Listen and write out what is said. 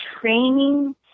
training